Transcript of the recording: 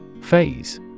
Phase